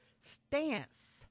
stance